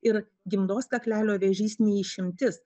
ir gimdos kaklelio vėžys ne išimtis